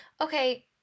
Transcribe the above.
okay